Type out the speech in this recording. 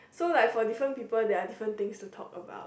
so like for different people there are different things to talk about